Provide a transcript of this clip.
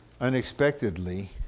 unexpectedly